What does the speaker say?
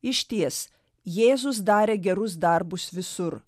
išties jėzus darė gerus darbus visur